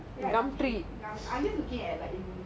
like what ya oh ya